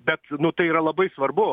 bet tai yra labai svarbu